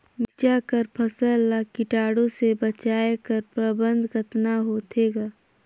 मिरचा कर फसल ला कीटाणु से बचाय कर प्रबंधन कतना होथे ग?